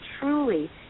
truly